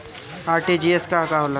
RTGS का होला?